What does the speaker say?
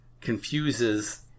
confuses